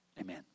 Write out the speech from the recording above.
Amen